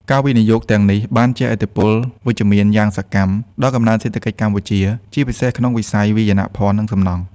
ការវិនិយោគទាំងនេះបានជះឥទ្ធិពលវិជ្ជមានយ៉ាងសកម្មដល់កំណើនសេដ្ឋកិច្ចកម្ពុជា ជាពិសេសក្នុងវិស័យ វាយនភ័ណ្ឌ និងសំណង់។